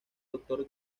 doctor